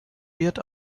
wert